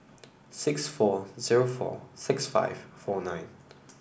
six four zero four six five four nine